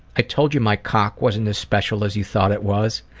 i told you my cock wasn't as special as you thought it was!